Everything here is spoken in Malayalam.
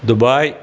ദുബായ്